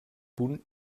punt